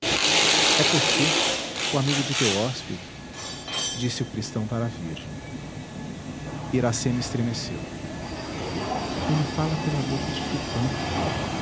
é poti o amigo de teu hóspede disse o cristão para a virgem iracema estremeceu ele fala pela boca de tupã